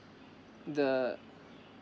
the